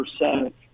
percent